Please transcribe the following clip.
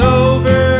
over